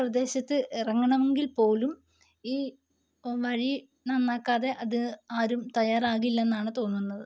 പ്രദേശത്ത് ഇറങ്ങണമെങ്കിൽ പോലും ഈ വഴി നന്നാക്കാതെ അത് ആരും തയ്യാറാകില്ലെന്നാണ് തോന്നുന്നത്